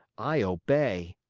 i obey.